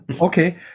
Okay